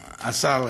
כלום,